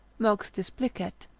mox displicet.